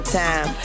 time